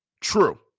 true